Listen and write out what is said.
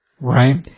right